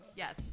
Yes